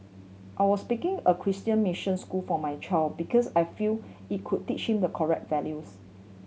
I was picking a Christian mission school for my child because I feel it could teach him the correct values